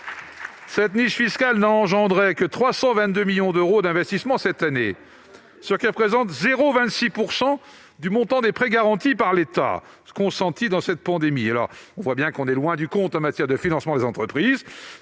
Cette niche fiscale n'a produit que 322 millions d'euros d'investissement cette année, ce qui représente 0,26 % du montant des prêts garantis par l'État consentis pendant cette pandémie. On voit bien qu'on est loin du compte en matière de financement des entreprises.